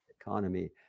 economy